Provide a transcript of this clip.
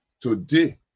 Today